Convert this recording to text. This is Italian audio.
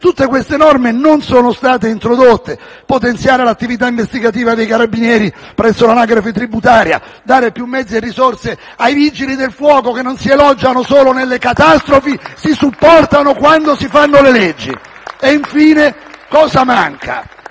Tutte queste norme non sono state introdotte. Potenziare l'attività investigativa dei Carabinieri presso l'anagrafe tributaria, dare più mezzi e risorse ai Vigili del fuoco, che non si elogiano solo nelle catastrofi, ma si supportano quando si fanno le leggi. *(Applausi dal